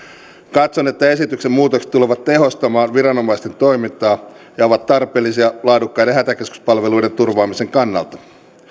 katson että esityksen muutokset tulevat tehostamaan viranomaisten toimintaa ja ovat tarpeellisia laadukkaiden hätäkeskuspalveluiden turvaamisen kannalta